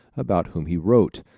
about whom he wrote.